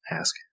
ask